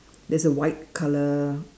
there's a white color